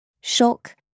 Shock